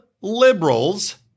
liberals